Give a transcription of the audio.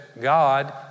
God